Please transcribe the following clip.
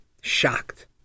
Shocked